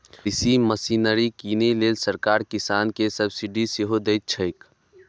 कृषि मशीनरी कीनै लेल सरकार किसान कें सब्सिडी सेहो दैत छैक